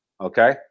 Okay